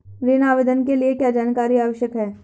ऋण आवेदन के लिए क्या जानकारी आवश्यक है?